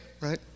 right